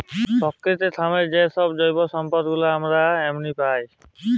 পকিতি থ্যাইকে যে জৈব সম্পদ গুলা আমরা এমলি পায়